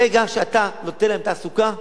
ברגע שאתה נותן להם תעסוקה,